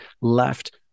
left